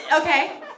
Okay